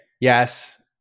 Yes